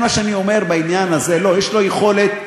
יש לו יכולת,